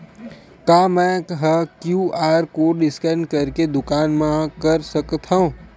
का मैं ह क्यू.आर कोड स्कैन करके दुकान मा कर सकथव?